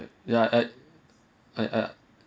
ya I I I